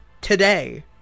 today